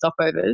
stopovers